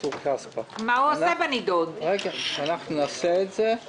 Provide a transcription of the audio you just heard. אנחנו נעשה את זה.